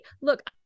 Look